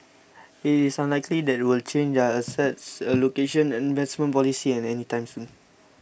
it is unlikely that they will change their asset allocation and investment policy any time soon